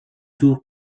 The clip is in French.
tour